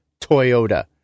toyota